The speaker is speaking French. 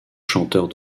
chanteurs